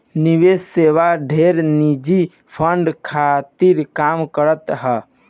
निवेश सेवा ढेर निजी फंड खातिर काम करत हअ